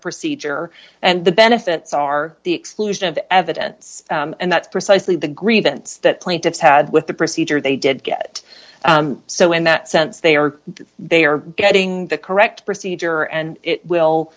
procedure and the benefits are the exclusion of evidence and that's precisely the grievance that plaintiffs had with the procedure they did get so in that sense they are they are getting the correct procedure and it will